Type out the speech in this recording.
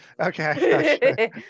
Okay